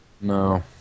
No